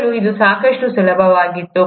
ಮೊದಲು ಇದು ಸಾಕಷ್ಟು ಸುಲಭವಾಗಿತ್ತು